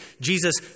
Jesus